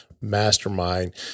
mastermind